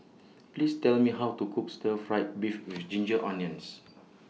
Please Tell Me How to Cook Stir Fry Beef with Ginger Onions